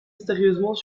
mystérieusement